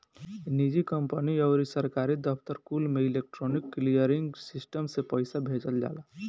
निजी कंपनी अउरी सरकारी दफ्तर कुल में इलेक्ट्रोनिक क्लीयरिंग सिस्टम से पईसा भेजल जाला